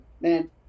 man